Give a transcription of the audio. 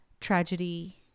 tragedy